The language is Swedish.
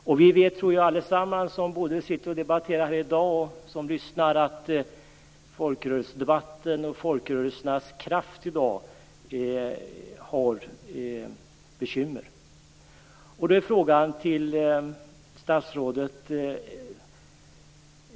Vi som debatterar här i dag och de som lyssnar vet att det finns problem i folkrörelsedebatten och i folkrörelsernas kraft.